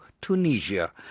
Tunisia